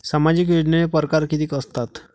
सामाजिक योजनेचे परकार कितीक असतात?